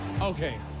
okay